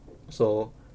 so